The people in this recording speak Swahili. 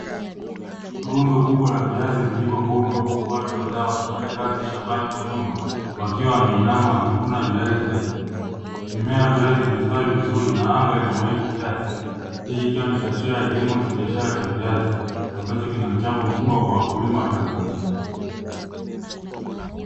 Rundo kubwa la viazi vilivyovunwa huku watu kadhaa wakifanya kazi shambani kwa nyuma wakiwa wameinama wakivuna viazi zaidi. Mimea ya viazi imestawi vizuri na anga ina mawingu kiasi. Hii ikiwa ni taswira ya kilimo cha biashara cha viazi ambacho kina mchango mkubwa kwa wakulima wa tanzania